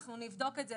אנחנו נבדוק את זה.